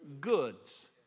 goods